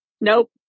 Nope